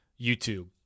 YouTube